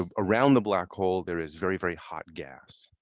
ah around the black hole, there is very, very hot gas.